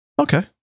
Okay